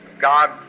God